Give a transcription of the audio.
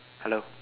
hello